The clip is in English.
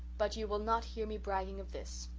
but you will not hear me bragging of this.